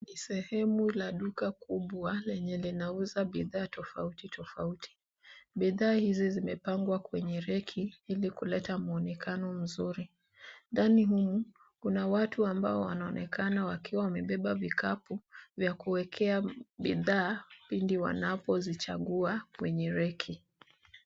Ni sehemu ya duka kubwa lenye linauza bidhaa tofauti tofauti. Bidhaa hizo zimepangwa kwenye reki ili kuleta muonekano mzuri ndani humu, kuna watu ambao wanaonekana wakiwa wamebeba vikapu vya kuwekea bidhaa pindi wanapozichagua kwenye reki.